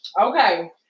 Okay